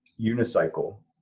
unicycle